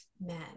men